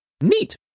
Neat